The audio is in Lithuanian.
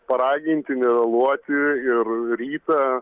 paraginti nevėluoti ir rytą